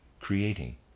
creating